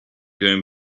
going